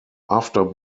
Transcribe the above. after